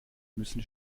müssen